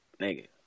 Nigga